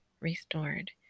restored